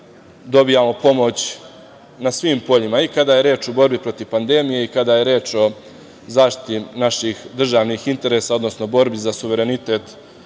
dobijamo pomoć na svim poljima i kada je reč o borbi protiv pandemije i kada je reč o zaštiti naših državnih interesa, odnosno borbi za suverenitet